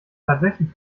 tatsächlich